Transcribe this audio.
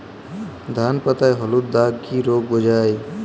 ধান পাতায় হলুদ দাগ কি রোগ বোঝায়?